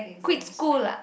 quit school lah